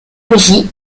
rugy